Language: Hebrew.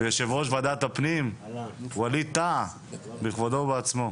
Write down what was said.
ויושב ראש ועדת הפנים ואליד טאהא בכבודו ובעצמו.